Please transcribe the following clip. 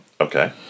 Okay